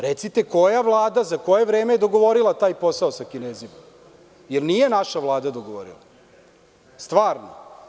Recite koja Vlada, za koje vreme, je dogovorila taj posao sa Kinezima, jer nije naša Vlada dogovorila? (Marko Atlagić, sa mesta: Nije.) Stvarno?